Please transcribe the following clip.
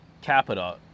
capita